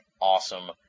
awesome